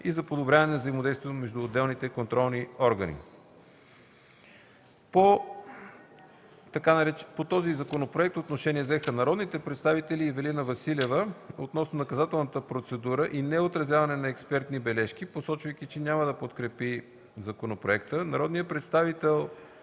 и за подобряване на взаимодействието между отделните контролни органи. По този законопроект отношение взеха: народният представител Ивелина Василева – относно наказателната процедура и неотразяване на експертни бележки, посочвайки, че няма да подкрепи законопроекта; народният представител